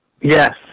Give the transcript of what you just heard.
Yes